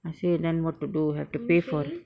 I say then what to do have to pay for it